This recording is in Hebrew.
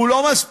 שהוא לא מספיק,